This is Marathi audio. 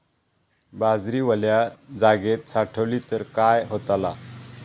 बाजरी वल्या जागेत साठवली तर काय होताला?